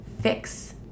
fix